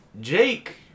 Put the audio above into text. Jake